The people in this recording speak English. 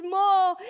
more